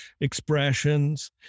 expressions